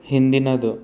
ಹಿಂದಿನದು